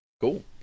Cool